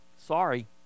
sorry